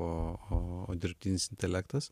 o o dirbtinis intelektas